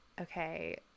okay